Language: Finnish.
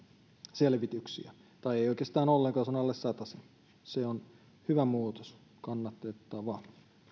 selvityksiä tai ei oikeastaan ollenkaan jos on alle satasen se on hyvä muutos kannatettava